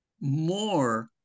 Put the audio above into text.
more